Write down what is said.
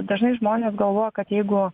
dažnai žmonės galvoja kad jeigu